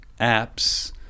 apps